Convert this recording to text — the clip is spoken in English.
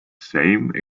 same